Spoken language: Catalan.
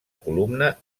columna